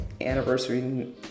anniversary